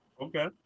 Okay